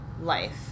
life